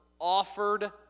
offered